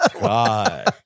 God